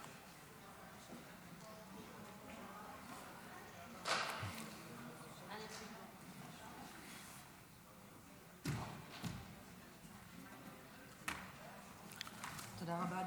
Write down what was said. תודה רבה,